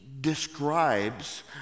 describes